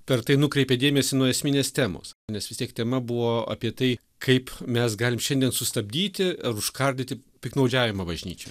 per tai nukreipė dėmesį nuo esminės temos nes vis tiek tema buvo apie tai kaip mes galim šiandien sustabdyti ar užkardyti piktnaudžiavimą bažnyčia